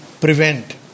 prevent